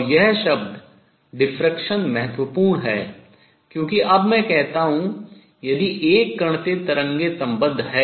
और यह शब्द विवर्तन महत्वपूर्ण है क्योंकि अब मैं कहता हूँ यदि एक कण से तरंगें सम्बद्ध हैं